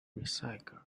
recycled